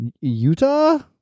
Utah